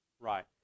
Right